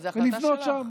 ולבנות שם